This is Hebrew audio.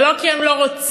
ולא כי הם לא רוצים,